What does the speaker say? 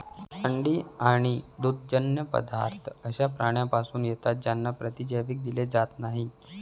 अंडी आणि दुग्धजन्य पदार्थ अशा प्राण्यांपासून येतात ज्यांना प्रतिजैविक दिले जात नाहीत